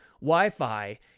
Wi-Fi